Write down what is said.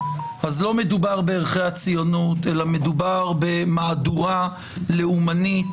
אז לא מדובר בערכי הציונות אלא מדובר במהדורה לאומנית,